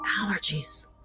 allergies